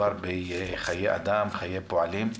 מדובר בחיי אדם, חיי פועלים.